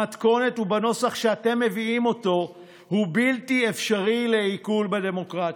במתכונת ובנוסח שאתם מביאים אותו הוא בלתי אפשרי לעיכול בדמוקרטיה.